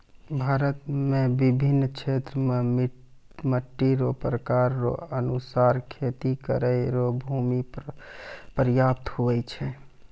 भारत मे बिभिन्न क्षेत्र मे मट्टी रो प्रकार रो अनुसार खेती करै रो भूमी प्रयाप्त हुवै छै